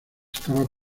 estaba